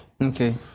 Okay